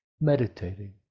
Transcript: Meditating